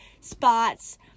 spots